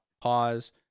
pause